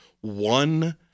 one